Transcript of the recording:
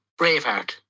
Braveheart